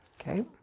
Okay